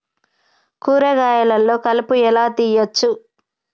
కూరగాయలలో కలుపు ఎలా తీయచ్చు?